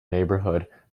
neighborhood